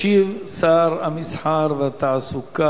ישיב שר התעשייה, המסחר והתעסוקה,